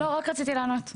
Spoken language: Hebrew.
לא, רק רציתי לענות.